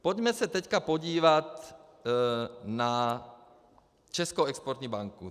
Pojďme se teďka podívat na Českou exportní banku.